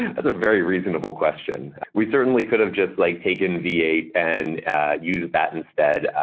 that's a very reasonable question. we certainly could have just like taken v eight and use that instead,